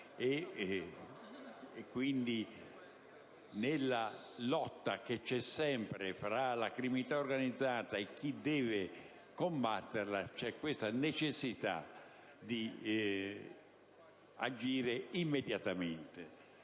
cui, nella lotta fra la criminalità organizzata e chi deve combatterla, c'è la necessità di agire immediatamente.